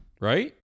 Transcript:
right